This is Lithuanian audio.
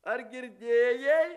ar girdėjai